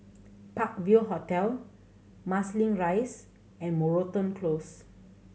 Park View Hotel Marsiling Rise and Moreton Close